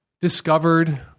discovered